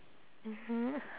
mmhmm